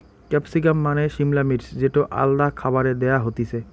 capsicum মানে সিমলা মির্চ যেটো আলাদা খাবারে দেয়া হতিছে